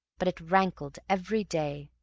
but it rankled every day,